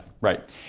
Right